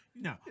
No